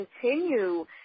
continue